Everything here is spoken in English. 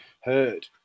Heard